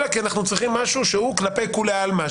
אלא כי אנחנו צריכים משהו שהוא כלפי כולי עלמא,